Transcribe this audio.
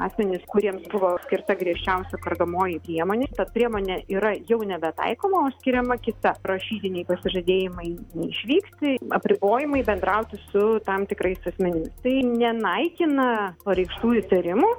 asmenys kuriems buvo skirta griežčiausia kardomoji priemonė ta priemonė yra jau nebe taikoma o skiriama kita rašytiniai pasižadėjimai neišvykti apribojimai bendrauti su tam tikrais asmenimis tai nenaikina pareikštų įtarimų